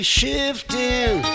shifting